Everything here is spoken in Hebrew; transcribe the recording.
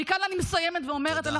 ומכאן אני מסיימת ואומרת, תודה.